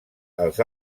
els